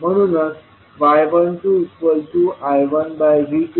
म्हणूनच y12I1V2 V082